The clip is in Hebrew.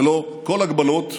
ללא כל הגבלות,